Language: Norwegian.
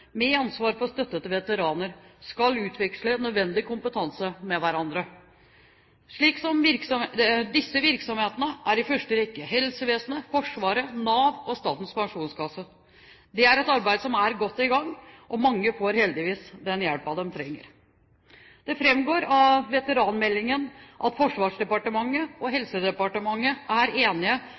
med ansvar for støtte til veteraner skal utveksle nødvendig kompetanse med hverandre. Disse virksomhetene er i første rekke helsevesenet, Forsvaret, Nav og Statens Pensjonskasse. Det er et arbeid som er godt i gang, og mange får heldigvis den hjelpen de trenger. Det framgår av veteranmeldingen at Forsvarsdepartementet og Helsedepartementet er enige